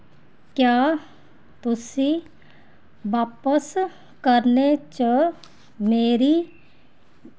क्या तुसी वापस करने च मेरी